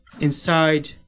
inside